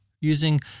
using